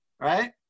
right